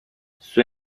sua